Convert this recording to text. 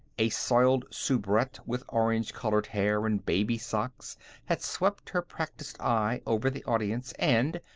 a soiled soubrette with orange-colored hair and baby socks had swept her practiced eye over the audience, and,